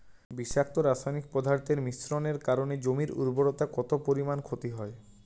বিষাক্ত রাসায়নিক পদার্থের মিশ্রণের কারণে জমির উর্বরতা কত পরিমাণ ক্ষতি হয়?